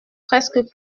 presque